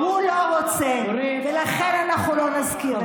הוא לא רוצה, ולכן אנחנו לא נזכיר את זה.